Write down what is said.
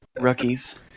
rookies